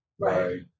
Right